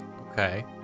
Okay